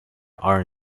are